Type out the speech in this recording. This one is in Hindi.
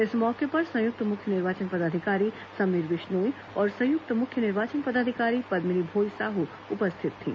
इस मौके पर संयुक्त मुख्य निर्वाचन पदाधिकारी समीर विश्नोई और संयुक्त मुख्य निर्वाचन पदाधिकारी पद्मिनी भोई साहू उपस्थित थीं